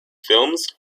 films